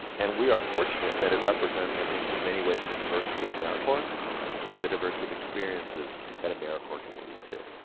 and we are fortunate that it represents, i think, in many ways, the diversity of americorps and the diversity of experiences that americorps can lead to.